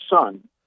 son